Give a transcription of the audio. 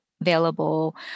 available